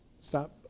Stop